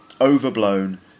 overblown